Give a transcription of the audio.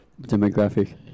demographic